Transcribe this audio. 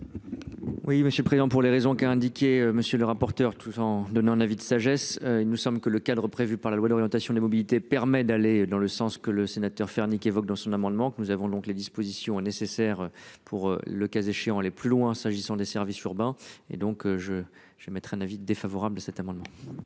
Oui, monsieur le président, pour les raisons qu'a indiqué monsieur le rapporteur, tout en donnant un avis de sagesse, il nous semble que le cadre prévu par la loi d'orientation des mobilités permet d'aller dans le sens que le sénateur faire niquer évoque dans son amendement que nous avons donc les dispositions nécessaires pour le cas échéant, aller plus loin. S'agissant des services urbains et donc je, je vais mettre un avis défavorable à cet amendement.